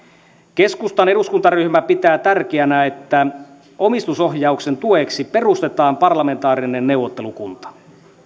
keskustan eduskuntaryhmä pitää tärkeänä että omistusohjauksen tueksi perustetaan parlamentaarinen neuvottelukunta